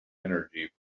energy